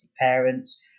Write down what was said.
parents